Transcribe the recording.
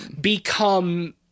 become